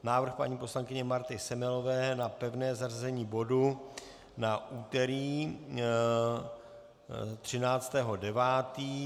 Návrh paní poslankyně Marty Semelové na pevné zařazení bodu na úterý 13. 9.